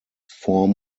form